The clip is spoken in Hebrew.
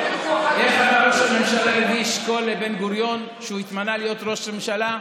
איך אמר ראש הממשלה לוי אשכול לבן-גוריון כשהוא התמנה להיות ראש ממשלה?